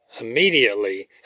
Immediately